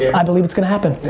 i believe it's gonna happen.